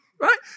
right